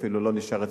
אפילו לא נשאר אצלנו,